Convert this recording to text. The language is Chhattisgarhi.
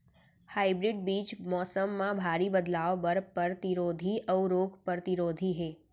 हाइब्रिड बीज मौसम मा भारी बदलाव बर परतिरोधी अऊ रोग परतिरोधी हे